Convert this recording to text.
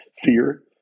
Fear